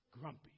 grumpy